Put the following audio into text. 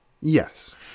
Yes